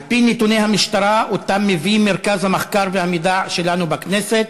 על-פי נתוני המשטרה שמביא מרכז המחקר והמידע שלנו בכנסת,